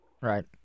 Right